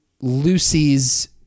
Lucy's